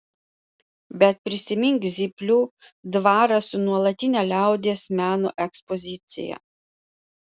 bet prisimink zyplių dvarą su nuolatine liaudies meno ekspozicija